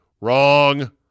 Wrong